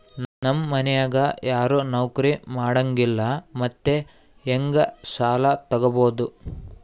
ನಮ್ ಮನ್ಯಾಗ ಯಾರೂ ನೌಕ್ರಿ ಮಾಡಂಗಿಲ್ಲ್ರಿ ಮತ್ತೆಹೆಂಗ ಸಾಲಾ ತೊಗೊಬೌದು?